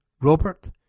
Robert